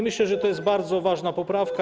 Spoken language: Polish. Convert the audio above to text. Myślę, że to jest bardzo ważna poprawka.